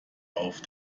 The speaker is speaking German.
auf